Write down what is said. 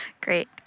Great